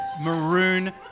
maroon